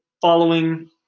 following